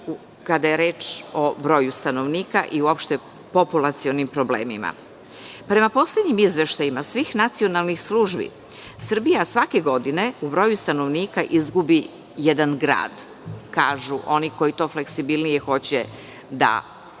kada je reč o broju stanovnika i uopšte populacionim problemima. Prema poslednjim izveštajima svih nacionalnih službi, Srbija svake godine u broju stanovnika izgubi jedan grad, kažu oni koji to fleksibilnije hoće da izvedu